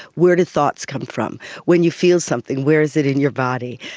where do thoughts come from? when you feel something, where is it in your body?